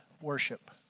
worship